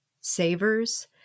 savers